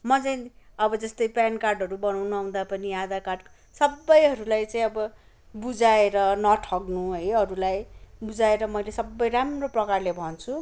म चाहिँ अब जस्तै प्यान कार्डहरू बनाउनु आउँदा पनि आधार कार्ड सबैहरूलाई चाहिँ अब बुझाएर नठग्नु है अरूलाई बुझाएर मैले सबै राम्रो प्रकारले भन्छु